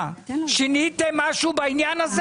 שיניתם משהו בעניין הזה?